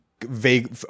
vague